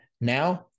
Now